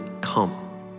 come